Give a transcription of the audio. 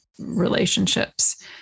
relationships